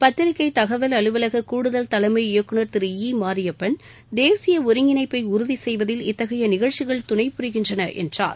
பத்திரிகை தகவல் அலுவலக கூடுதல் தலைமை இயக்குநர் திரு ஈ மாரியப்பன் தேசிய ஒருங்கிணைப்பை உறுதி செய்வதில் இத்தகைய நிகழ்ச்சிகள் துணை புரிகின்றன என்றார்